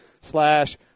slash